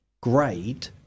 grade